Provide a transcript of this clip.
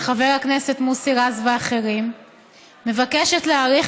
של חבר הכנסת מוסי רז ואחרים מבקשת להאריך